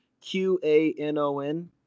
Q-A-N-O-N